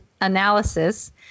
analysis